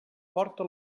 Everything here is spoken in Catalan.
porta